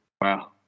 Wow